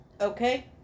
okay